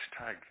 hashtag